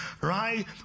right